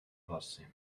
vlasy